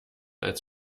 als